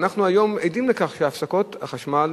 ואנחנו היום עדים לכך שהפסקות החשמל